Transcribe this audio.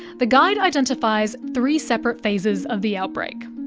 the guide identifies three separate phases of the outbreak.